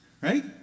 right